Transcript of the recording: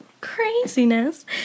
craziness